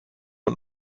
und